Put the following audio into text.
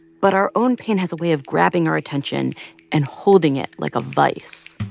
but our own pain has a way of grabbing our attention and holding it like a vise.